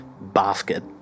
basket